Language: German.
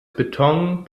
beton